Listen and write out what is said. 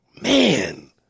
Man